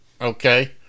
okay